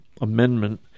amendment